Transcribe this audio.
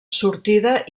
sortida